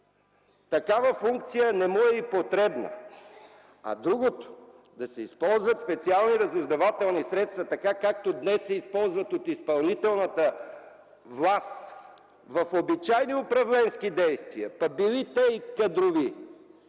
Тази функция не му е и потребна. А другото - да се използват специални разузнавателни средства, както днес се използват от изпълнителната власт в обичайни управленски действия, били те и кадрови,